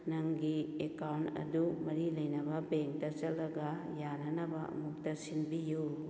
ꯅꯪꯒꯤ ꯑꯦꯀꯥꯎꯟ ꯑꯗꯨ ꯃꯔꯤ ꯂꯩꯅꯕ ꯕꯦꯡꯛꯗ ꯆꯠꯂꯒ ꯌꯥꯅꯅꯕ ꯑꯃꯨꯛꯇ ꯁꯤꯟꯕꯤꯌꯨ